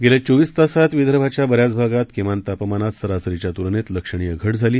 गेल्या चोवीस तासात विदर्भाच्या बऱ्याच भागात किमान तापमानात सरासरीच्या तुलनेत लक्षणीय घट झाली